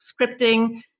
scripting